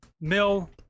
mill